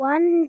One